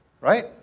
Right